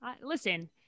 Listen